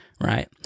right